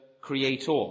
creator